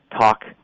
talk